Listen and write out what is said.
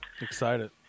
excited